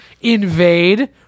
invade